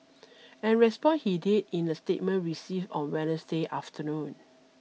and respond he did in a statement received on Wednesday afternoon